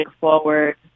forward